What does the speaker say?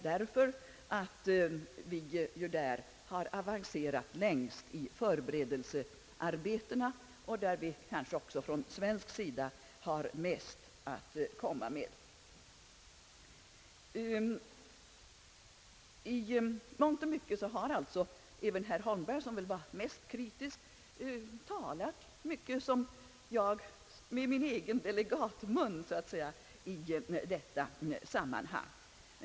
Där har vi ju avancerat längst med förberedelsearbetena och har kanske också från svensk sida mest att komma med. I mångt och mycket har alltså samtliga, även herr Holmberg som väl var mest kritisk, talat som jag — med min egen delegatmun, så att säga — i fråga om genévearbetet.